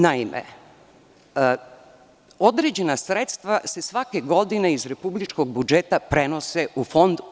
Naime, određena sredstva se svake godine iz republičkog budžeta prenose u Fond.